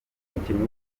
umukinnyi